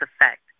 effect